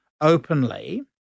openly